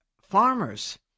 farmers